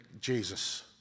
Jesus